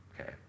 Okay